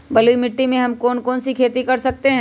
बलुई मिट्टी में हम कौन कौन सी खेती कर सकते हैँ?